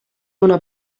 una